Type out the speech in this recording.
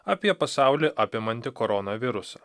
apie pasaulį apimantį koronavirusą